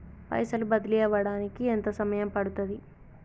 పైసలు బదిలీ అవడానికి ఎంత సమయం పడుతది?